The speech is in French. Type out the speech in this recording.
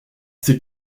c’est